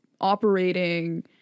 operating